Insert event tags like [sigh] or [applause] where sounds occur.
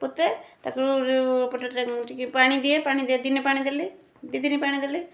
ପୋତେ ତାକୁ [unintelligible] ଟିକିଏ ପାଣି ଦିଏ ପାଣି ଦିନେ ପାଣି ଦେଲି ଦୁଇଦିନ ପାଣି ଦେଲି